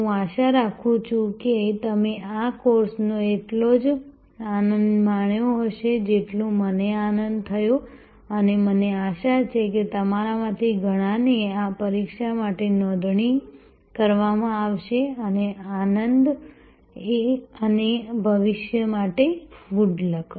હું આશા રાખું છું કે તમે આ કોર્સનો એટલો જ આનંદ માણ્યો હશે જેટલો મને આનંદ થયો અને આશા છે કે તમારામાંથી ઘણાને પરીક્ષા માટે નોંધણી કરવામાં આવશે અને આનંદ અને ભવિષ્ય માટે ગુડ લક